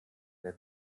der